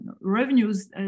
revenues